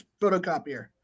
photocopier